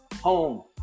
Home